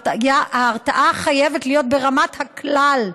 ההרתעה חייבת להיות ברמת הכלל,